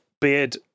beard